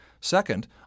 Second